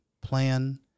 plan